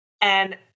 and-